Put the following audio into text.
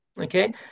okay